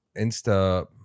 Insta